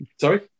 Sorry